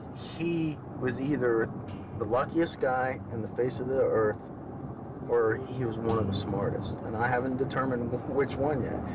he was either the luckiest guy on and the face of the earth or he was one of the smartest, and i haven't determined which one yet. i